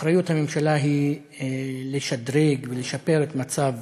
אחריות הממשלה היא לשדרג ולשפר את מצב